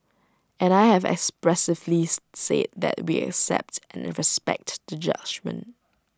and I have expressively said that we accept and respect the judgement